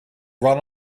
run